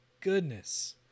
Goodness